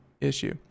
issue